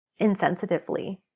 insensitively